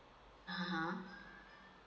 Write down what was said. (uh huh)